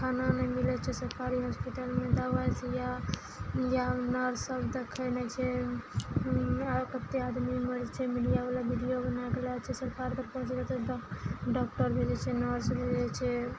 खाना नहि मिलै छै सरकारी हॉस्पिटलमे दबाइ सूइया या नर्स सब देखै नहि छै आओर कतेक आदमी मरै छै मीडिया वाला वीडियो बनाए कऽ लऽ जाइ छै सरकार तक पहुँचे छै डॉक्टर भेजै छै नर्स भेजै छै